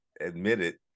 admitted